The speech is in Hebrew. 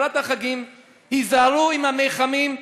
לקראת החגים: היזהרו עם המיחמים.